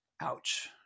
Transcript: Ouch